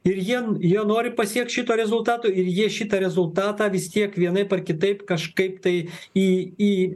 ir jiem jie nori pasiekt šito rezultato ir ji šitą rezultatą vis tiek vienaip ar kitaip kažkaip tai į į